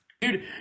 dude